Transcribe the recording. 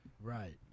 right